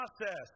process